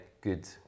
good